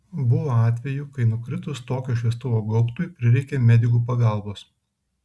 buvo atvejų kai nukritus tokio šviestuvo gaubtui prireikė medikų pagalbos